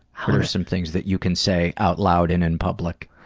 what are some things that you can say out loud and in public?